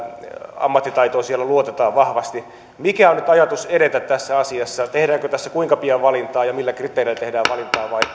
ammattitaitoon siellä luotetaan vahvasti mikä on nyt ajatus edetä tässä asiassa kuinka pian tässä tehdään valintaa ja millä kriteereillä tehdään valintaa vai